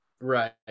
Right